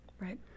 Right